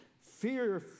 fear